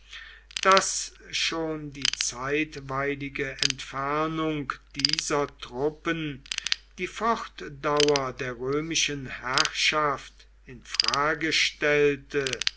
daß schon die zeitweilige entfernung dieser truppen die fortdauer der römischen herrschaft in frage stellte